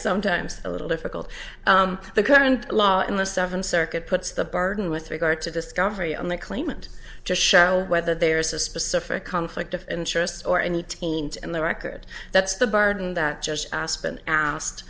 sometimes a little difficult the current law in the seventh circuit puts the burden with regard to discovery on the claimant to show whether there's a specific conflict of interest or any teens and their record that's the burden that judge aspen asked